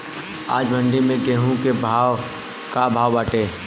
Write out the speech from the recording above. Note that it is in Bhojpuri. आज मंडी में गेहूँ के का भाव बाटे?